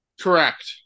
Correct